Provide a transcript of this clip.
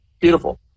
beautiful